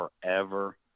forever